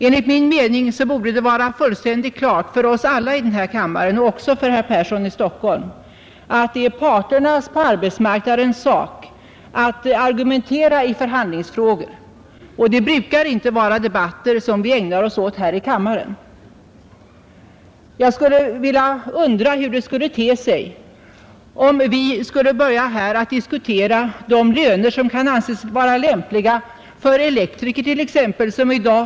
Enligt min mening borde det vara fullständigt klart för oss alla i denna kammare och också för herr Persson i Stockholm att det är parternas på arbetsmarknaden sak att argumentera i förhandlingsfrågor, och det brukar inte vara debatter som vi ägnar oss åt här i kammaren. Jag undrar hur det skulle se ut om vi här började diskutera de löner som kan anses vara lämpliga för t.ex. elektriker.